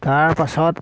তাৰ পাছত